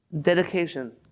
dedication